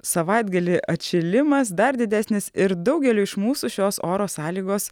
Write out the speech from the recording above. savaitgalį atšilimas dar didesnis ir daugeliui iš mūsų šios oro sąlygos